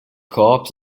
corps